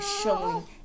showing